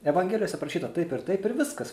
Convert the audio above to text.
evangelijose parašyta taip ir taip ir viskas